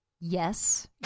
Yes